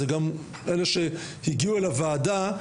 זה גם אלה שהגיעו אל הוועדה,